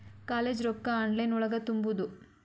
College ರೊಕ್ಕ online ಒಳಗ ತುಂಬುದು?